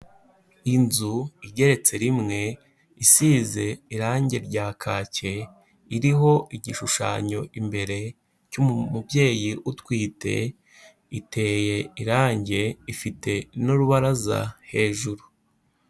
Inzu igeretse rimwe, isize irangi rya kake, iriho igishushanyo imbere cy'umubyeyi utwite. Iteye irangi, ifite n'urubaraza hejuru.